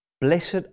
Blessed